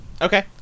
Okay